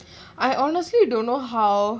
I honestly don't know how